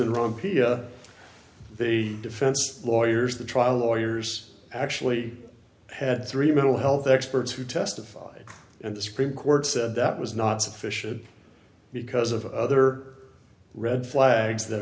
rum pia they defense lawyers the trial lawyers actually had three mental health experts who testified and the supreme court said that was not sufficient because of other red flags that